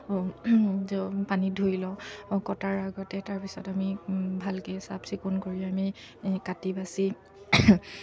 পানীত ধুই লওঁ কটাৰ আগতে তাৰপিছত আমি ভালকৈ চাফচিকুণ কৰি আমি কাটি বাচি